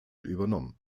übernommen